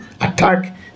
attack